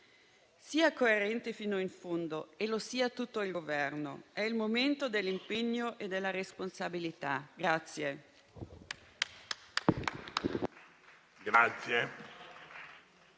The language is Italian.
Sia coerente fino in fondo e lo sia tutto il Governo. È il momento dell'impegno e della responsabilità.